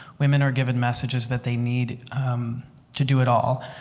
women are given messages that they need to do it all.